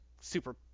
super